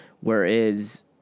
whereas